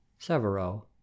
Severo